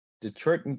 Detroit